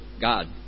God